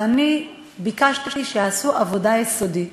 אני ביקשתי שיעשו עבודה יסודית